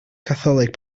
catholic